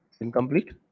Incomplete